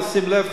תשים לב,